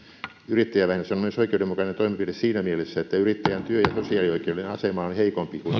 yrittäjävähennys on myös oikeudenmukainen toimenpide siinä mielessä että yrittäjän työ ja sosiaalioikeudellinen asema on heikompi kuin